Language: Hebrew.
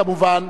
כמובן,